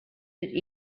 that